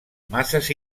masses